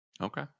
Okay